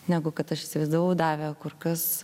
negu kad aš įsivaizdavau davė kur kas